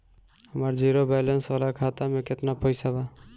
हमार zero balance वाला खाता में केतना पईसा बा?